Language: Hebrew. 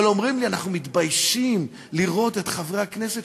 אבל אומרים לי: אנחנו מתביישים לראות את חברי הכנסת